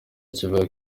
kivuga